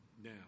Now